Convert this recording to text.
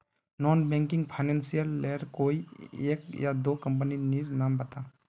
Non banking financial लेर कोई एक या दो कंपनी नीर नाम बता?